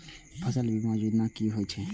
फसल बीमा योजना कि होए छै?